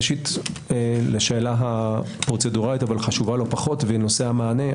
ראשית לשאלה הפרוצדורלית אבל החשובה לא פחות והיא נושא המענה.